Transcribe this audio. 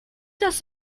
does